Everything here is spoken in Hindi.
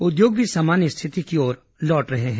उद्योग भी सामान्य स्थिति की ओर लौट रहे हैं